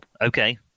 okay